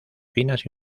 finas